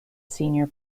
senior